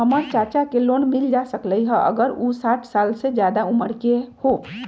हमर चाचा के लोन मिल जा सकलई ह अगर उ साठ साल से जादे उमर के हों?